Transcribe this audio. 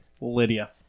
Lydia